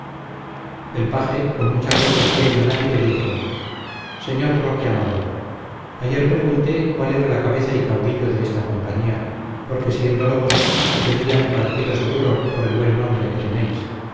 el paje con mucha cortesía y donaire dijo sr roque amador ayer pregunté cuál era la cabeza y caudillo de esta compañía porque siéndolo vos tendría mi partido seguro por el buen nombre que tenéis